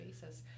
basis